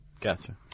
gotcha